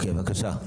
בבקשה.